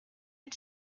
and